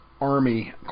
army